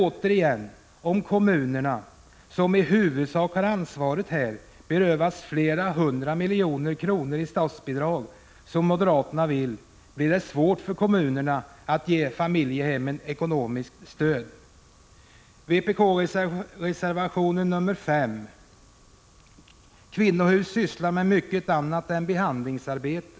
Återigen: om kommunerna, som i huvudsak har ansvaret här, berövas flera hundra miljoner i statsbidrag som moderaterna vill, blir det svårt för kommunerna att ge familjehemmen ekonomiskt stöd. Om vpk:s reservation 5 vill jag framhålla att kvinnohus sysslar med mycket annat än behandlingsarbete.